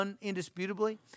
indisputably